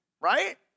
right